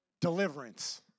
deliverance